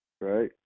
Right